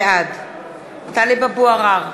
בעד טלב אבו עראר,